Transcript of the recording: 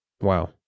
Wow